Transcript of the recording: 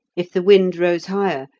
if the wind rose higher,